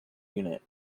unit